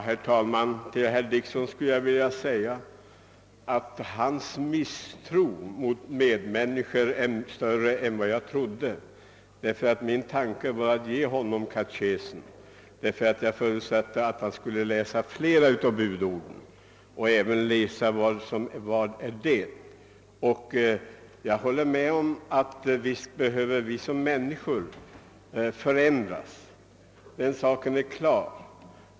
Herr talman! Till herr Dickson skulle jag vilja säga att hans misstro mot medmänniskor är större än vad jag trodde. Min tanke var att ge honom katekesen, därför att jag förutsatte att han skulle läsa flera av budorden och även läsa Vad är det? Jag håller med om att visst behöver människor förändras, den saken är klar.